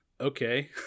okay